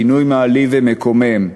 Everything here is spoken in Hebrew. כינוי מעליב ומקומם.